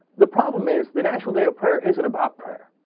the problem is the national day of prayer isn't about prayer.